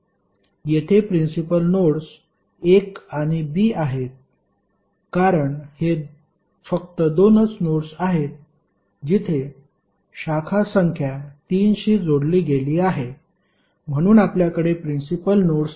येथे principal nodes 1 आणि B आहेत कारण हे फक्त दोनच नोड्स आहेत जिथे शाखा संख्या 3 शी जोडली गेली आहे म्हणून आपल्याकडे प्रिन्सिपल नोड्स आहेत